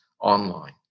online